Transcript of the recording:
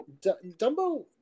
Dumbo